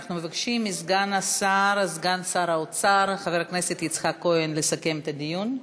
אנחנו מבקשים מסגן שר האוצר חבר הכנסת יצחק כהן לסכם את הדיון.